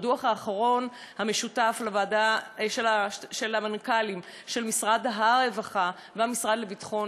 הדוח האחרון של הוועדה המשותפת למנכ"לים של משרד הרווחה והמשרד לביטחון